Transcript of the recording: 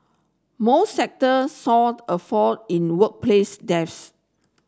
more sector saw a fall in workplace deaths